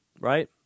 Right